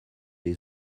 des